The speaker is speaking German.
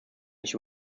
nicht